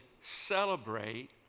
celebrate